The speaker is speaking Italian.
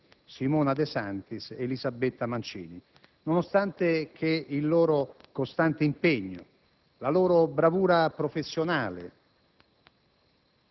Simona De Santis ed Elisabetta Mancini, nonostante il loro costante impegno e la loro bravura professionale